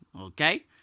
okay